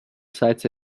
sites